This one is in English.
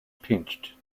pinched